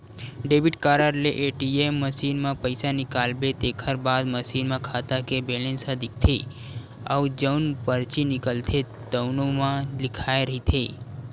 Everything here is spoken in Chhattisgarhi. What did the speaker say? डेबिट कारड ले ए.टी.एम मसीन म पइसा निकालबे तेखर बाद मसीन म खाता के बेलेंस ह दिखथे अउ जउन परची निकलथे तउनो म लिखाए रहिथे